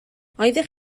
oeddech